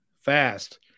fast